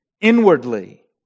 inwardly